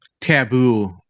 taboo